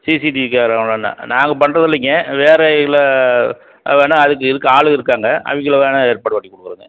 CCTV கேமராங்களாங்க நாங்கள் பண்ணுறதில்லிங்க வேற இல்லை வேணுணா அதுக்கு இதுக்கு ஆளுங்க இருக்காங்க அவங்கள வேணுணா ஏற்பாடு பண்ணி கொடுக்குறங்க